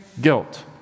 guilt